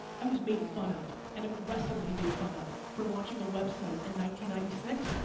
i was made fun of, and aggressively made fun of, for launching a website and ninety ninety six,